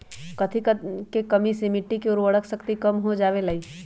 कथी के कमी से मिट्टी के उर्वरक शक्ति कम हो जावेलाई?